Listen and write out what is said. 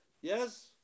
Yes